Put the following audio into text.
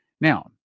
Now